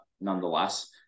nonetheless